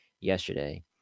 yesterday